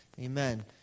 Amen